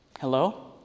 Hello